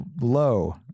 low